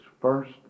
first